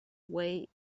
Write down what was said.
way